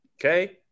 okay